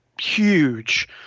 huge